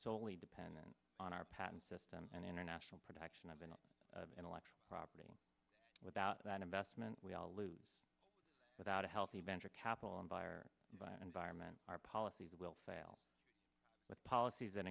solely dependent on our patent system and international production of an intellectual property without that investment we all lose without a healthy venture capital and by or by environment our policies will fail with policies